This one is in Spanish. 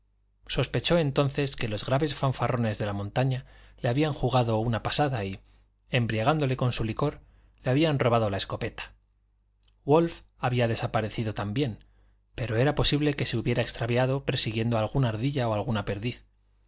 sospechó entonces que los graves fanfarrones de la montaña le habían jugado una pasada y embriagándole con su licor le habían robado la escopeta wolf había desaparecido también pero era posible que se hubiera extraviado persiguiendo alguna ardilla o alguna perdiz